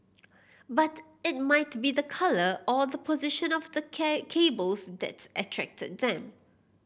but it might be the colour or the position of the cables that's attracted them